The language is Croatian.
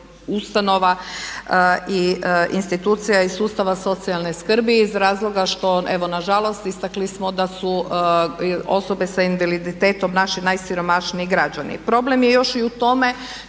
ustanova i institucija iz sustava socijalne skrbi iz razloga što evo nažalost istakli smo da su osobe sa invaliditetom naši najsiromašniji građani. Problem je još i u tome